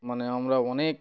মানে আমরা অনেক